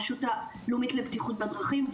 הרשות הלאומית לבטיחות בדרכים,